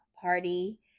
party